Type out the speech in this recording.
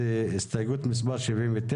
אני מעלה להצבעה את הסתייגות מספר 73